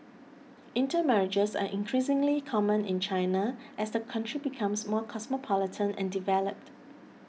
intermarriages are increasingly common in China as the country becomes more cosmopolitan and developed